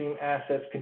assets